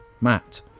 Matt